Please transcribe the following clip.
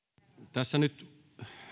tässä